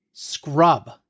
Scrub